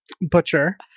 butcher